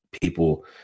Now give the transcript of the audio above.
people